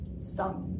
stop